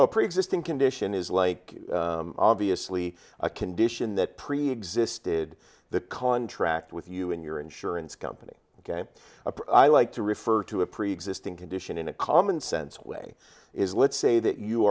a preexisting condition is like obviously a condition that preexisted the contract with you and your insurance company i like to refer to a preexisting condition in a commonsense way is let's say that you